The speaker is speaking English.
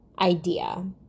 idea